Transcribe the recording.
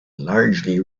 largely